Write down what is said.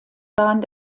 bahn